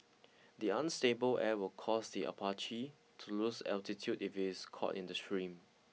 the unstable air will cause the Apache to lose altitude if it is caught in the stream